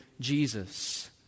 Jesus